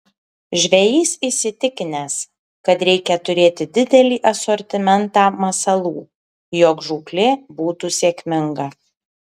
žvejys įsitikinęs kad reikia turėti didelį asortimentą masalų jog žūklė būtų sėkminga